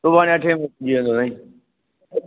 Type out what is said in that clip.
सुभाणे अठे वजे पुजी वेंदो साईं